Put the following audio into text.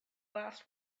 last